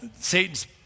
Satan's